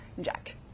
Jack